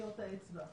עצמה.